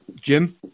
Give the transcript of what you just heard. Jim